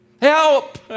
help